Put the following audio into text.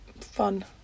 fun